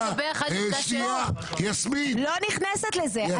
אני לא נכנסת לזה,